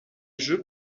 jeu